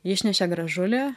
išnešė gražulį